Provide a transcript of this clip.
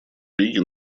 лиги